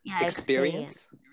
experience